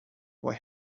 boy